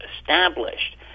established